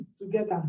together